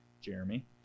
Jeremy